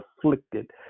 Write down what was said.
afflicted